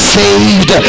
saved